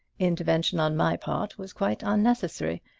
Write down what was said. intervention on my part was quite unnecessary.